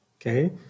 Okay